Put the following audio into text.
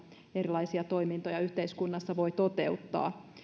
erilaisia toimintoja yhteiskunnassa voi toteuttaa